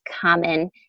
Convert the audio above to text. common